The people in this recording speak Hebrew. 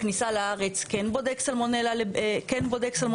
בכניסה לארץ כן בודק סלמונלה בביצים.